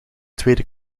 tweede